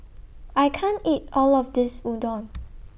I can't eat All of This Udon